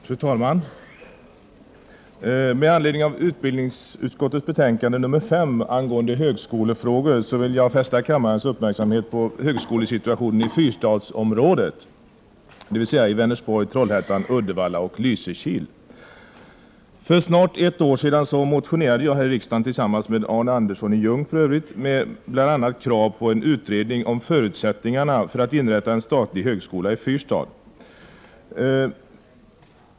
Fru talman! Med anledning av utbildningsutskottets betänkande 5 om vissa högskolefrågor vill jag fästa kammarens uppmärksamhet på högskolesituationen i Fyrstadsområdet, dvs. Vänersborg, Trollhättan, Uddevalla och Lysekil. För snart ett år sedan motionerade jag tillsammans med Arne Andersson i Ljung om bl.a. krav på en utredning av förutsättningarna för att inrätta en statlig högskola i Fyrstad.